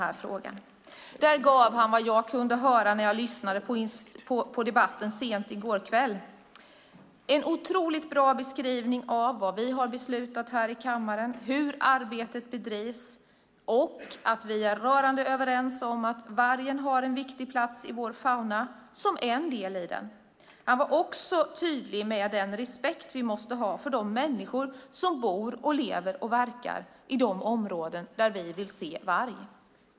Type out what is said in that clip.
Där gav han, enligt vad jag kunde höra när jag lyssnade på utfrågningen sent i går kväll, en mycket bra beskrivning av vad vi har beslutat i kammaren, av hur arbetet bedrivs och av att vi är rörande överens om att vargen har en viktig plats som en del i vår fauna. Han var också tydlig med den respekt vi måste ha för de människor som och bor och verkar i de områden där vi vill se varg.